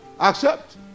Accept